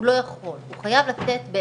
הוא לא יכול, הוא חייב לתת את